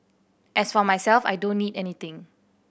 as for myself I don't need anything